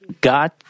God